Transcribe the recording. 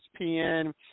ESPN